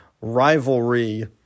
rivalry